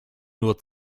nur